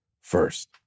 first